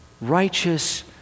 righteous